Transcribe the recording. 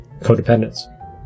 codependence